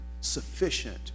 sufficient